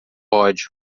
ódio